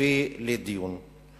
מביאות לדיון.